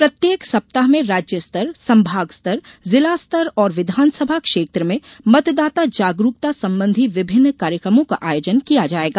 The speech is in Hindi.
प्रत्येक सप्ताह में राज्य स्तर संभाग स्तर जिला स्तर और विधानसभा क्षेत्र में मतदाता जागरूकता संबंधी विभिन्न कार्यकमों का आयोजन किया जायेगा